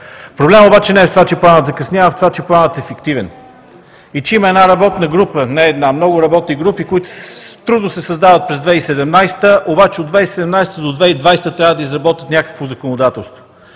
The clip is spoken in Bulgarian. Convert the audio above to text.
Проблемът не е в това, че Планът закъснява, а в това, че Планът е фиктивен. Има не една работна група, а много работни групи, които трудно се създават през 2017 г., обаче от 2017 г. до 2020 г. трябва да изработят някакво законодателство.